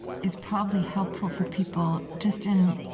is probably helpful for people just in